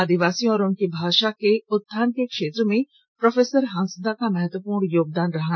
आदिवासियों और उनकी भाषा के उत्थान के क्षेत्र में प्रोफेसर दिगंबर हांसदा का महत्वपूर्ण योगदान रहा